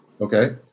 Okay